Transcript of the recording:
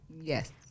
Yes